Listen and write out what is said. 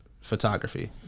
photography